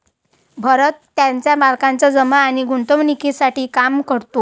भरत त्याच्या मालकाच्या जमा आणि गुंतवणूकीसाठी काम करतो